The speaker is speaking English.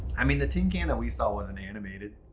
i mean, the tin can that we saw wasn't animated,